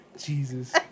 Jesus